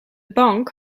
bank